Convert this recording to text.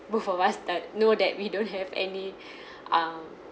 both of us that know that we don't have any um